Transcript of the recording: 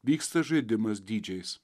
vyksta žaidimas dydžiais